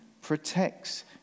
protects